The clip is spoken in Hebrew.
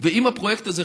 ואם הפרויקט הזה,